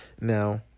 now